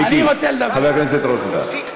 מיקי, חבר הכנסת רוזנטל, תפסיק.